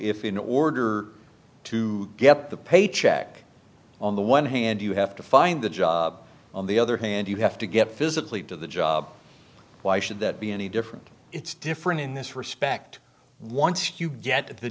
if in order to get the paycheck on the one hand you have to find the job on the other hand you have to get physically to the job why should that be any different it's different in this respect once you get the